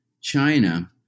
China